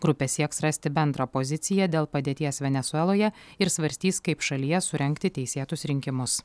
grupė sieks rasti bendrą poziciją dėl padėties venesueloje ir svarstys kaip šalyje surengti teisėtus rinkimus